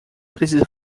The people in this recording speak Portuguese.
precisa